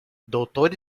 doutor